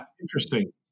Interesting